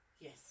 Yes